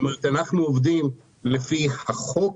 אנחנו עובדים לפי החוק,